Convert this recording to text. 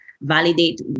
validate